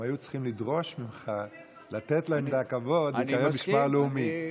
הם היו צריכים לדרוש ממך לתת להם את הכבוד להיקרא משמר לאומי.